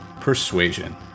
Persuasion